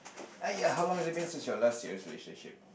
!aiya! how long has it been since your last serious relationship